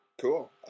Cool